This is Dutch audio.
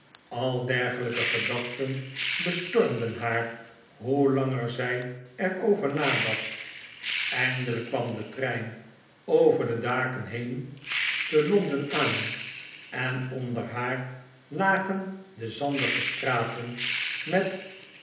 al dergelijke gedachten bestormden haar hoe langer zij er over nadacht eindelijk kwam de trein over de daken heen te londen aan en onder haar lagen de zandige straten met